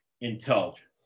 intelligence